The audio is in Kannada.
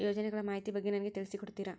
ಯೋಜನೆಗಳ ಮಾಹಿತಿ ಬಗ್ಗೆ ನನಗೆ ತಿಳಿಸಿ ಕೊಡ್ತೇರಾ?